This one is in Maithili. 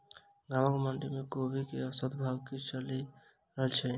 गाँवक मंडी मे कोबी केँ औसत भाव की चलि रहल अछि?